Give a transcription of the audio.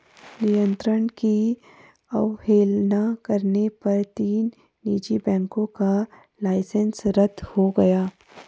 नियंत्रण की अवहेलना करने पर तीन निजी बैंकों का लाइसेंस रद्द हो गया